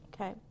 Okay